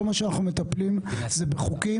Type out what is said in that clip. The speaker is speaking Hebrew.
אני מרגיש שאנחנו ב-Threads כאן.